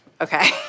Okay